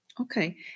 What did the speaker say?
Okay